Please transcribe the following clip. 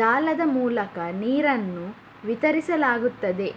ಜಾಲದ ಮೂಲಕ ನೀರನ್ನು ವಿತರಿಸಲಾಗುತ್ತದೆ